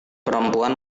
perempuan